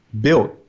built